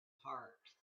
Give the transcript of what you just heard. heart